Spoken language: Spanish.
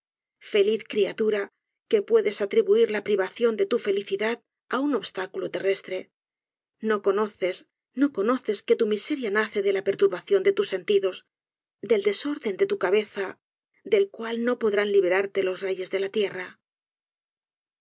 feliz criatura que puedes atribuir la privación de tu felicidad á un obstáculo terrestre no conoces no conoces que tu miseria nace de la perturbación de tus sentidos del desorden de tu cabeza del cual no podrán libertarte los reyes de la tierra